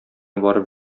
барып